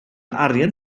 arian